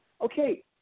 Okay